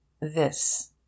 This